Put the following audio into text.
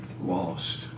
lost